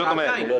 שעתיים.